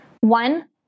One